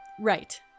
right